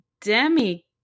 Demi